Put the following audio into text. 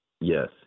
Yes